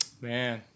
man